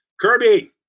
Kirby